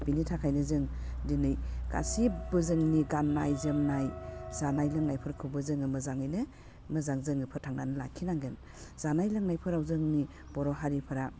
बिनि थाखायनो जों दिनै गासिबबो जोंनि गान्नाय जोमनाय जानाय लोंनायफोरखौबो जोङो मोजाङैनो मोजां जोङो फोथांनानै लाखिनांगोन जानाय लोंनायफोराव जोंनि बर' हारिफ्रा